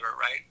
right